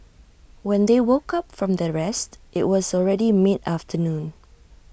when they woke up from their rest IT was already mid afternoon